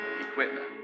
equipment